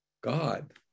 God